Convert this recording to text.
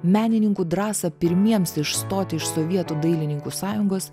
menininkų drąsą pirmiems išstoti iš sovietų dailininkų sąjungos